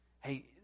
Hey